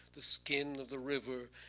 the skin of the river.